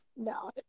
No